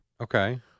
Okay